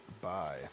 Bye